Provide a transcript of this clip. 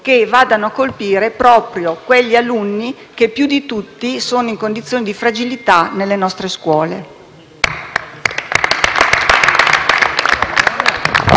che vanno a colpire proprio quegli alunni che, più di tutti, sono in condizioni di fragilità, nelle nostre scuole.